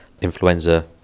influenza